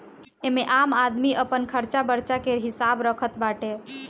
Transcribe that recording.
एमे आम आदमी अपन खरचा बर्चा के हिसाब रखत बाटे